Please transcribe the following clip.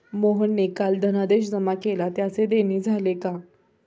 मोहनने काल धनादेश जमा केला त्याचे देणे झाले का?